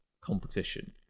competition